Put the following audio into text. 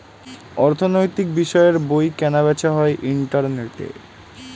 অর্থনৈতিক বিষয়ের বই কেনা বেচা হয় ইন্টারনেটে